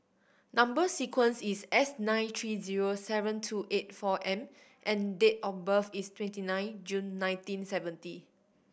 number sequence is S nine three zero seven two eight four M and date of birth is twenty nine June nineteen seventy